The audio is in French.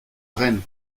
rennes